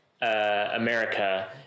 America